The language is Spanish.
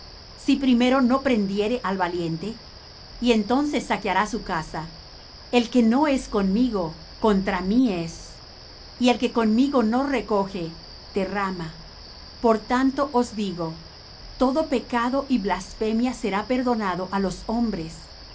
si primero no prendiere al valiente y entonces saqueará su casa el que no es conmigo contra mí es y el que conmigo no recoge derrama por tanto os digo todo pecado y blasfemia será perdonado á los hombres